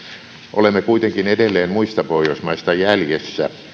olemme kuitenkin edelleen muista pohjoismaista jäljessä